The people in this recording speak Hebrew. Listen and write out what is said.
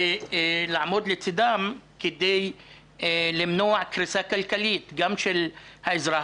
לעמוד לצידם כדי למנוע קריסה כלכלית גם של האזרח